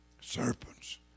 serpents